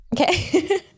Okay